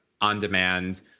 on-demand